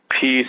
peace